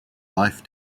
life